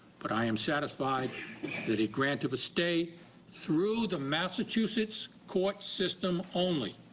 but i am satisfied that a grant of a stay through the massachusetts court system only